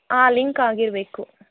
ಹಾಂ ಲಿಂಕ್ ಆಗಿರಬೇಕು